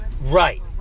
Right